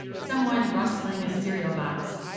someone rustling a cereal box,